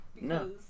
No